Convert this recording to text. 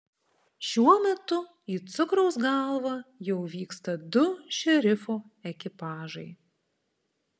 šiuo metu į cukraus galvą jau vyksta du šerifo ekipažai